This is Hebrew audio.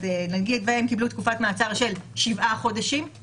נגיד והם קיבלו תקופת מעצר של 7 חודשים,